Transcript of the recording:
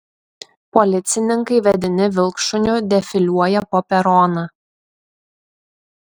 policininkai vedini vilkšuniu defiliuoja po peroną